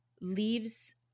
leaves